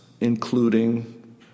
including